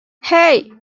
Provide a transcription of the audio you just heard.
hey